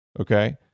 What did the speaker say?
Okay